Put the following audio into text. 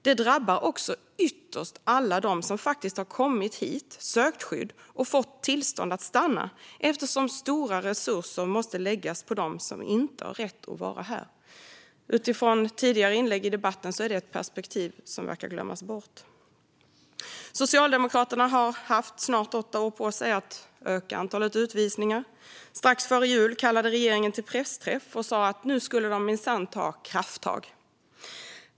Det drabbar också ytterst alla dem som faktiskt har kommit hit, sökt skydd och fått tillstånd att stanna, eftersom stora resurser måste läggas på dem som inte har rätt att vara här. Utifrån tidigare inlägg i debatten är det ett perspektiv som verkar glömmas bort. Socialdemokraterna har snart haft åtta år på sig att öka antalet utvisningar. Strax före jul kallade regeringen till pressträff och sa att nu skulle de minsann ta krafttag.